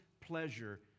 pleasure